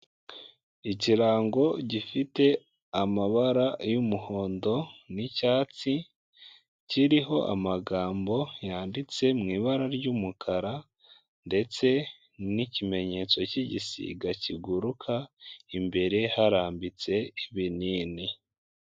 Ikirango gifite amabara y'umuhondo n'icyatsi, kiriho amagambo yanditse mu ibara ry'umukara ndetse n'ikimenyetso cy'igisiga kiguruka, imbere harambitse ibinini.